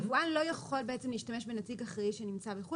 יבואן לא יכול להשתמש בנציג אחראי שנמצא בחוץ לארץ.